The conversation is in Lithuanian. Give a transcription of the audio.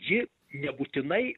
ji nebūtinai